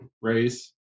race